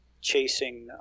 chasing